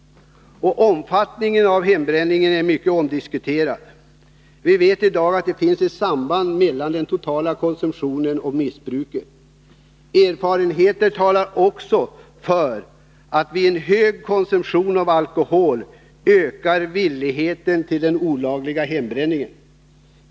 Omfattningen av hembränningen är mycket omdiskuterad. Vi vet i dag att det finns ett samband mellan den totala konsumtionen och missbruket. Erfarenheter talar också för att vid en hög konsumtion av alkohol ökar villigheten till den olagliga hembränningen.